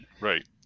Right